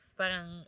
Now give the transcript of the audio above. parang